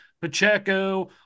Pacheco